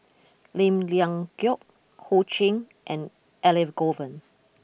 Lim Leong Geok Ho Ching and Elangovan